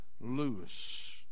Lewis